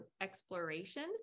exploration